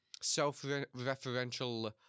Self-referential-